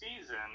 season